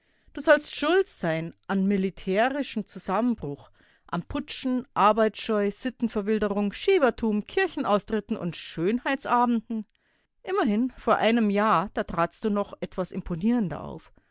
du sollst schuld sein an militärischem zusammenbruch an putschen arbeitsscheu sittenverwilderung schiebertum kirchenaustritten und schönheitsabenden immerhin vor einem jahr da tratst du noch etwas imponierender auf